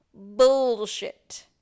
bullshit